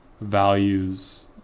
values